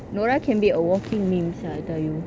nora can be a walking meme sia I tell you